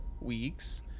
Weeks